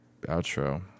Outro